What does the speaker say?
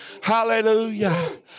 Hallelujah